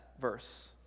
verse